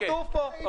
כתוב פה.